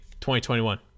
2021